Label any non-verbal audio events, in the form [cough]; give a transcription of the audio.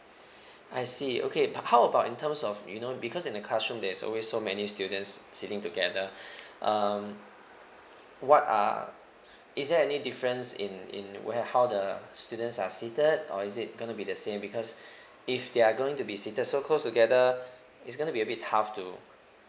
[breath] I see okay but how about in terms of you know because in the classroom there's always so many students sitting together [breath] um what are is there any difference in in where how the students are seated or is it gonna be the same because [breath] if they are going to be seated so close together [breath] it's gonna be a bit tough to